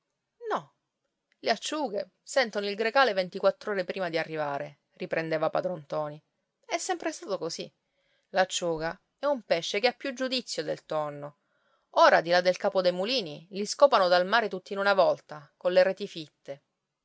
no le acciughe sentono il grecale ventiquattr'ore prima di arrivare riprendeva padron ntoni è sempre stato così l'acciuga è un pesce che ha più giudizio del tonno ora di là del capo dei mulini li scopano dal mare tutti in una volta colle reti fitte